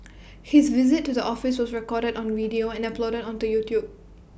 his visit to the office was recorded on video and uploaded onto YouTube